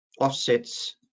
offsets